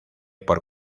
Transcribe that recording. por